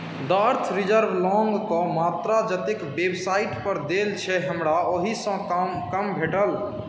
द अर्थ रिजर्व लौङ्गके मात्रा जतेक वेबसाइटपर देल छै हमरा ओहिसँ कम भेटल